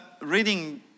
reading